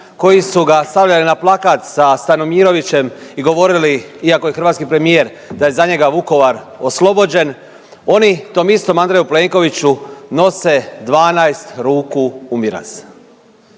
koji su ga stavljali na plakat sa Stanimirovićem i govorili iako je hrvatski premijer da je za njega Vukovar oslobođen oni tom istom Andreju Plenkoviću nose 12 ruku u miraz.